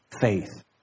faith